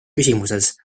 küsimuses